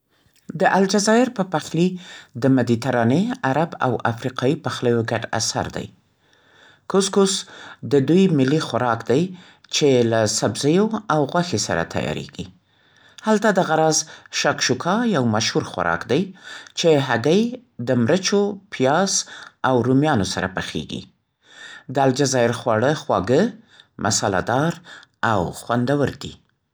د الجزایر په پخلي د مدیترانې، عرب او افریقایي پخليو ګډ اثر دی. «کوسکوس» د دوی ملي خوراک دی، چې له سبزیو او غوښې سره تیارېږي. هلته دغه راز «شاکشوکا» یو مشهور خوراک دی، چې هګۍ د مرچو، پیاز او رومیانو سره پخېږي. د الجزایر خواړه خواږه، مصالحه دار او خوندور دي.